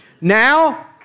now